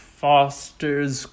fosters